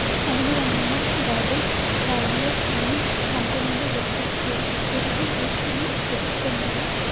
అవును రంగమ్మ గాడ్డు కాలం లో అన్ని కంపెనీలు వ్యక్తులు కూడా లిక్విడిటీ రిస్క్ ని ఎదుర్కొన్నది